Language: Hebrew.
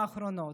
האחרונות.